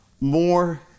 more